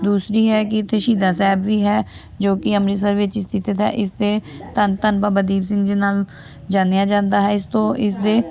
ਦੂਸਰੀ ਹੈ ਕਿ ਇੱਥੇ ਸ਼ਹੀਦਾਂ ਸਾਹਿਬ ਵੀ ਹੈ ਜੋ ਕਿ ਅੰਮ੍ਰਿਤਸਰ ਵਿੱਚ ਸਥਿਤ ਹੈ ਇਸ 'ਤੇ ਧੰਨ ਧੰਨ ਬਾਬਾ ਦੀਪ ਸਿੰਘ ਜੀ ਨਾਲ ਜਾਣਿਆ ਜਾਂਦਾ ਹੈ ਇਸ ਤੋਂ ਇਸਦੇ